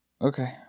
okay